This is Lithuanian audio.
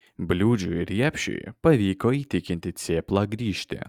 bliūdžiui ir riepšui pavyko įtikinti cėplą grįžti